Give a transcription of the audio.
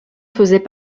faisait